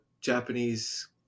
japanese